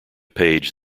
page